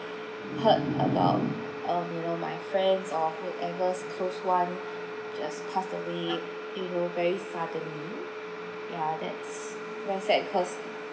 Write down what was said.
heard about um you know my friends or whoever close one just passed away you know very suddenly ya that's very sad cause